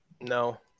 No